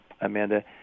Amanda